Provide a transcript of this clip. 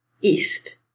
East